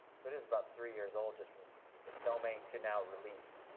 so it is about three years old just from the filming to now release.